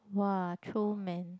!wah! throw man